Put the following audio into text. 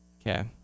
Okay